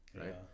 Right